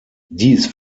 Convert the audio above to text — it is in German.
dies